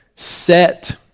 Set